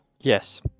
Yes